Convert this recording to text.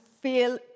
feel